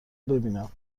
ببینم